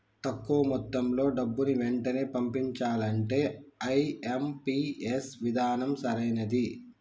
తక్కువ మొత్తంలో డబ్బుని వెంటనే పంపించాలంటే ఐ.ఎం.పీ.ఎస్ విధానం సరైనది